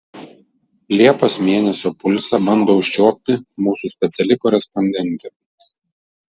liepos mėnesio pulsą bando užčiuopti mūsų speciali korespondentė